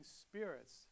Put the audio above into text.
spirits